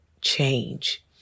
change